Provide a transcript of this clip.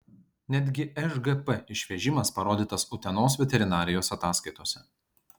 netgi šgp išvežimas parodytas utenos veterinarijos ataskaitose